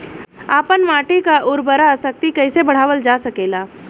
आपन माटी क उर्वरा शक्ति कइसे बढ़ावल जा सकेला?